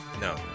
No